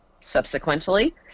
Subsequently